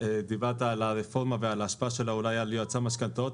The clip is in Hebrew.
דיברת על הרפורמה ועל ההשפעה שלה אולי על יועצי המשכנתאות,